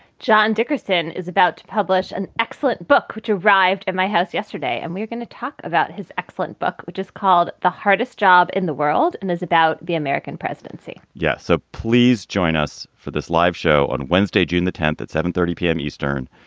john dickerson is about to publish an excellent book which arrived at my house yesterday. and we're going to talk about his excellent book, which is called the hardest job in the world and is about the american presidency yes. yes. so please join us for this live show on wednesday, june the tenth at seven thirty p m. eastern,